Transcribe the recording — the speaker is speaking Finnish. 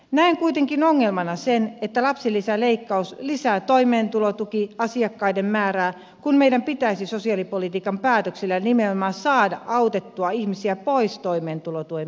näen kuitenkin ongelmana sen että lapsilisäleikkaus lisää toimeentulotukiasiakkaiden määrää kun meidän pitäisi sosiaalipolitiikan päätöksillä nimenomaan saada autettua ihmisiä pois toimeentulotuen piiristä